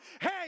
hey